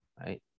right